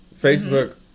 Facebook